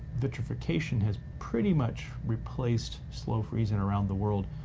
vitrification has pretty much replaced slow freezing around the world,